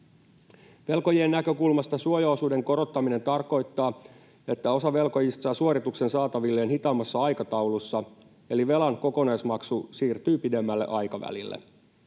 Velkojien näkökulmasta suojaosuuden korottaminen tarkoittaa, että osa velkojista saa suorituksen saatavilleen hitaammassa aikataulussa eli velan kokonaismaksu siirtyy pidemmälle aikavälille.